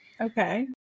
Okay